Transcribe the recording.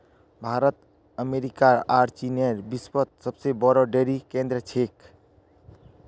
भारत अमेरिकार आर चीनेर विश्वत सबसे बोरो डेरी केंद्र छेक